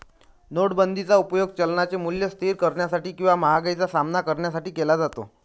नोटाबंदीचा उपयोग चलनाचे मूल्य स्थिर करण्यासाठी किंवा महागाईचा सामना करण्यासाठी केला जातो